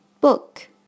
Book